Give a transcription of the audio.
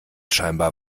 scheinbar